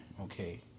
okay